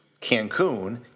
Cancun